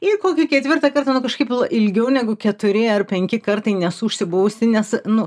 ir kokį ketvirtą kartą nu kažkaip ilgiau negu keturi ar penki kartai nesu užsibuvusi nes nu